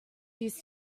used